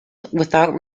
without